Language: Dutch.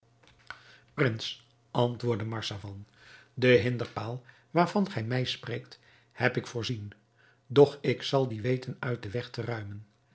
prins antwoordde marzavan de hinderpaal waarvan gij mij spreekt heb ik voorzien doch ik zal die weten uit den weg te ruimen